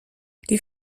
die